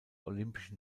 olympischen